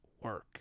work